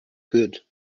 good